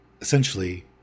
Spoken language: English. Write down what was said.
Essentially